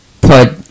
put